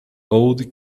old